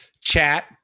Chat